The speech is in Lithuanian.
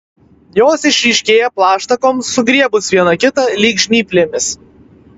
jos išryškėja plaštakoms sugriebus viena kitą lyg žnyplėmis